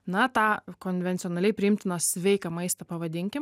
na tą konvencionaliai priimtiną sveiką maistą pavadinkim